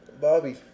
Bobby